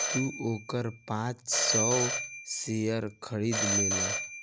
तू ओकर पाँच सौ शेयर खरीद लेला